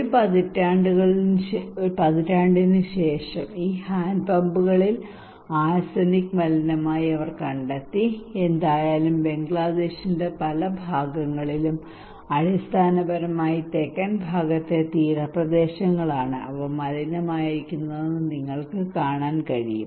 ഒരു പതിറ്റാണ്ടിനുശേഷം ഈ ഹാൻഡ് പമ്പുകളിൽ ആർസെനിക് മലിനമായതായി അവർ കണ്ടെത്തി എന്തായാലും ബംഗ്ലാദേശിന്റെ പല ഭാഗങ്ങളിലും അടിസ്ഥാനപരമായി തെക്കൻ ഭാഗത്തെ തീരപ്രദേശങ്ങളാണ് അവ മലിനമായിരിക്കുന്നതെന്ന് നിങ്ങൾക്ക് കാണാൻ കഴിയും